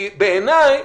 כי בעיניי